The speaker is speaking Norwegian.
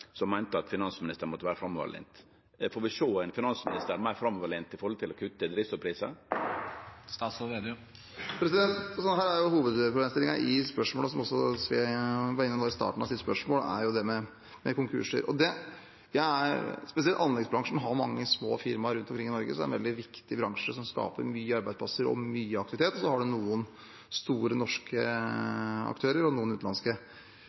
som meinte at finansministeren måtte vere framoverlent. Får vi sjå ein finansminister som er meir framoverlent når det gjeld å kutte drivstoffprisar? Her er hovedproblemstillingen i spørsmålene, som Sve var innom i starten av sitt spørsmål, konkurser. Spesielt anleggsbransjen har mange små firmaer rundt omkring i Norge. Det er en veldig viktig bransje som skaper mange arbeidsplasser og mye aktivitet. Man har noen store, norske aktører og noen utenlandske.